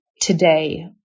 today